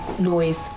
noise